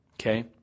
okay